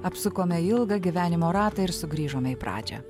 apsukome ilgą gyvenimo ratą ir sugrįžome į pradžią